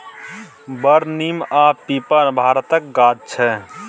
बर, नीम आ पीपर भारतक गाछ छै